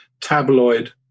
tabloid